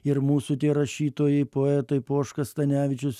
ir mūsų tie rašytojai poetai poška stanevičius